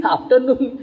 Afternoon